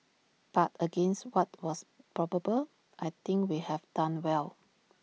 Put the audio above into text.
but against what was probable I think we have done well